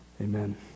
Amen